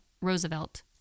Roosevelt